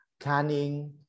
canning